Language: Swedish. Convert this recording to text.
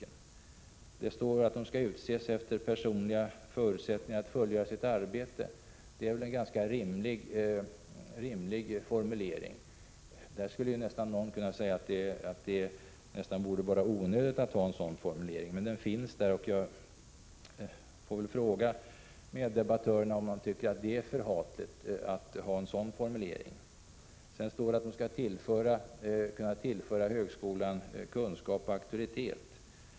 Det står bl.a. att representanterna skall utses efter sina personliga förutsättningar att fullgöra sitt arbete. Det är väl en ganska rimlig formulering? Någon skulle t.o.m. kunna säga att en sådan formulering borde vara onödig, men den finns där, och jag får väl fråga mina meddebattörer om den är förhatlig. Sedan står det att de skall kunna tillföra högskolan kunskap och auktoritet.